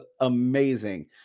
amazing